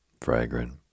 fragrant